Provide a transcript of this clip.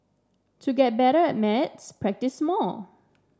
to get better at maths practise more